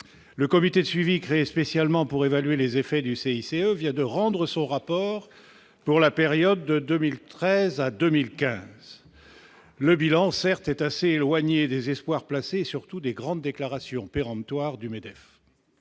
Le comité de suivi créé spécialement pour évaluer les effets du CICE vient de rendre son rapport pour la période allant de 2013 à 2015 : le bilan est assez éloigné des espoirs placés dans ce dispositif et surtout des grandes déclarations péremptoires du MEDEF